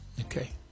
okay